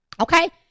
Okay